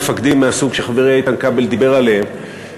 מפקדים מהסוג שחברי איתן כבל דיבר עליהם,